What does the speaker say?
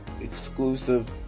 Exclusive